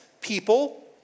people